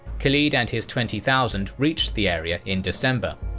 khalid and his twenty thousand reached the area in december.